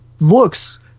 looks